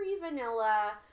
vanilla